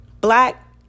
Black